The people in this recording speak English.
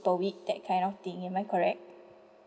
per week that kind of thing am I correct